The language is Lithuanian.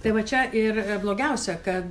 tai va čia ir blogiausia kad